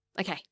Okay